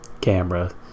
camera